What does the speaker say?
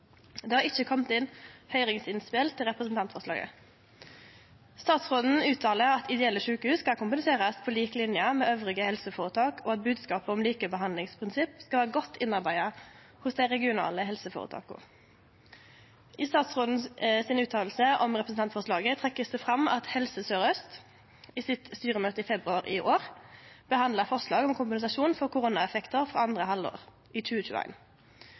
Det har ikkje kome inn høyringsinnspel til representantforslaget. Statsråden uttalar at ideelle sjukehus skal kompenserast på lik linje med andre helseføretak, og at bodskapen om likebehandlingsprinsipp skal vere godt innarbeidd hos dei regionale helseføretaka. I uttalen frå statsråden om representantforslaget blir det trekt fram at Helse Sør-Øst i styremøtet sitt i februar i år behandla forslag om kompensasjon for koronaeffektar frå andre halvår i